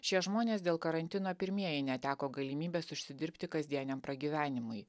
šie žmonės dėl karantino pirmieji neteko galimybės užsidirbti kasdieniam pragyvenimui